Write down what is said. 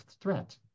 threat